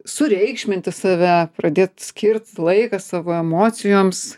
sureikšminti save pradėt skirti laiką savo emocijoms